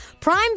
Prime